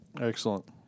Excellent